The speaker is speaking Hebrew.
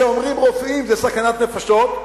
ואומרים רופאים: זו סכנת נפשות.